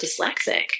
dyslexic